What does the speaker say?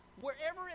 wherever